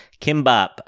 kimbap